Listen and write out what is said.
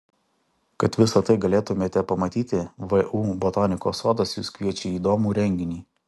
kad visa tai galėtumėte pamatyti vu botanikos sodas jus kviečia į įdomų renginį